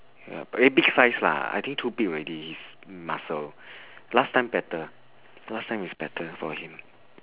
ya very big size lah I think too big already his muscle last time better last time is better for him